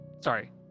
sorry